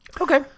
Okay